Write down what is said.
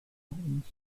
bonds